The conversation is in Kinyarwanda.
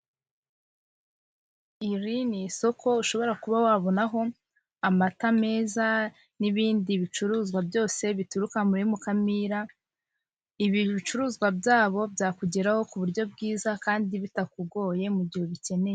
Iri ni isoko ushobora kuba wabonaho amata meza n'ibindi bicuruzwa byose bituruka muri mukamira, ibi bicuruzwa byabo byakugeraho ku buryo bwiza kandi bitakugoye mu mu gihe ubikeneye.